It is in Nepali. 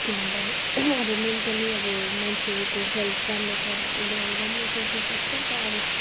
किनभने मेन्टली अब मान्छेको हेल्थ राम्रो छ भने उसले अब राम्रो सोच्नु सक्छ नि त अब